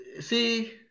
See